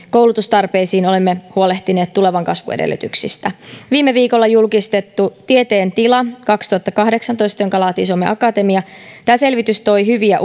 koulutustarpeisiin olemme huolehtineet tulevan kasvun edellytyksistä viime viikolla julkistettu selvitys tieteen tila kaksituhattakahdeksantoista jonka laati suomen akatemia toi hyviä